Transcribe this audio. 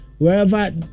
Wherever